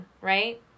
right